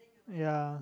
yea